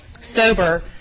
Sober